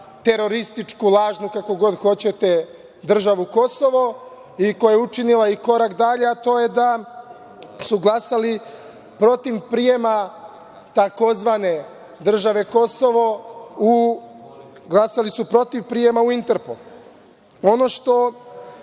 terorističku, lažnu, kako god hoćete, državu Kosovo i koja je učinila i korak dalje, a to je da su glasali protiv prijema tzv. države Kosovo u Interpol. Ono što